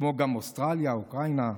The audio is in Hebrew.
כמו גם אוסטרליה, אוקראינה,